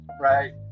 right